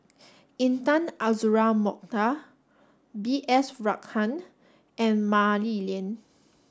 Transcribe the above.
Intan Azura Mokhtar B S Rajhans and Mah Li Lian